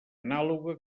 anàloga